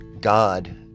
God